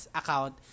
account